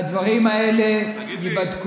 אולי היו, והדברים האלה ייבדקו.